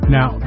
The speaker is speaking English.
Now